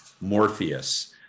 Morpheus